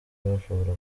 bashobora